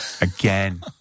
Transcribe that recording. Again